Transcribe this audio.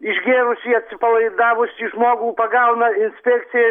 išgėrusį atsipalaidavusį žmogų pagauna inspekcija